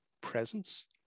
presence